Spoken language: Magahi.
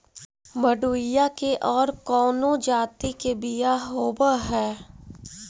मडूया के और कौनो जाति के बियाह होव हैं?